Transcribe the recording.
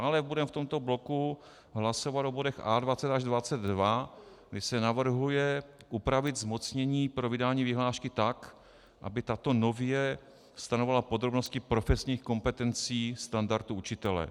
Dále budeme v tomto bloku hlasovat o bodech A20 až A22, kdy se navrhuje upravit zmocnění pro vydání vyhlášky tak, aby tato nově stanovovala podrobnosti profesních kompetencí standardu učitele.